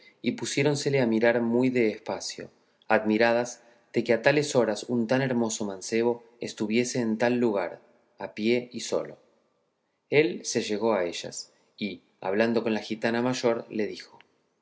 y pusiéronsele a mirar muy de espacio admiradas de que a tales horas un tan hermoso mancebo estuviese en tal lugar a pie y solo él se llegó a ellas y hablando con la gitana mayor le dijo